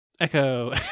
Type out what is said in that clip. Echo